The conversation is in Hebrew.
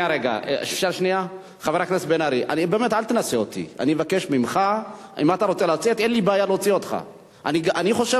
חבר הכנסת בן-ארי, אני קורא אותך לסדר פעם ראשונה.